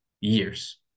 years